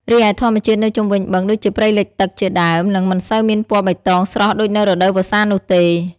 រីឯធម្មជាតិនៅជុំវិញបឹង ដូចជាព្រៃលិចទឹកជាដើម នឹងមិនសូវមានពណ៌បៃតងស្រស់ដូចនៅរដូវវស្សានោះទេ។